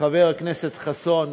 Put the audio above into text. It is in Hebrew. חבר הכנסת חסון,